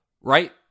right